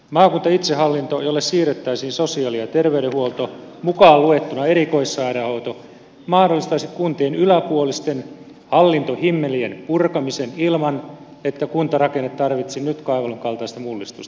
maakuntaitsehallinto jolle siirrettäisiin sosiaali ja terveydenhuolto mukaan luettuna erikoissairaanhoito mahdollistaisi kuntien yläpuolisten hallintohimmelien purkamisen ilman että kuntarakenne tarvitsisi nyt kaavaillun kaltaista mullistusta